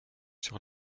sur